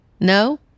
No